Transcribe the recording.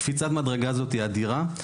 קפיצת המדרגה הזאת היא אדירה,